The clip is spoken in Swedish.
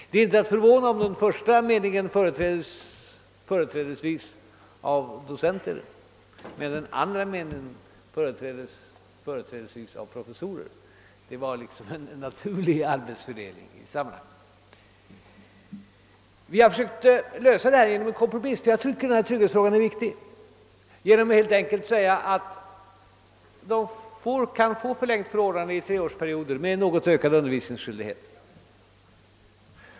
Det är inte förvånande att den första meningen företräds mest av docenter, medan den andra företräds främst av professorer — det är bara en naturlig arbetsfördelning. Jag tycker att trygghetsfrågan är viktig, och vi har försökt lösa den genom en kompromiss som innebär att docenterna kan få förlängt förordnande under treårsperioder med något ökad undervisningsskyldighet.